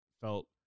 felt